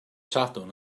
sadwrn